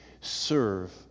serve